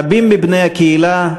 רבים מבני הקהילה,